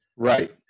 Right